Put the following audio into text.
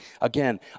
Again